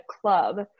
club